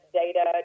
data